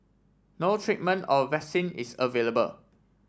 no treatment or vaccine is available